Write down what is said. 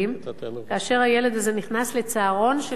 כאשר הילד הזה נכנס לצהרון של "נעמת"